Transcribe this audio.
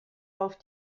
auf